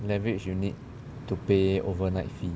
leverage you need to pay overnight fee